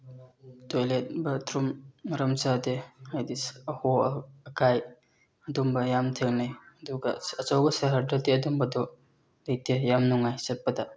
toilet bathroom ꯃꯔꯝ ꯆꯥꯗꯦ ꯍꯥꯏꯗꯤ ꯑꯍꯣ ꯑꯀꯥꯏ ꯑꯗꯨꯝꯕ ꯌꯥꯝ ꯊꯦꯡꯅꯩ ꯑꯗꯨꯒ ꯑꯆꯧꯕ ꯁꯍꯔꯗꯗꯤ ꯑꯗꯨꯝꯕꯗꯣ ꯂꯩꯇꯦ ꯌꯥꯝ ꯅꯨꯡꯉꯥꯏ ꯆꯠꯄꯗ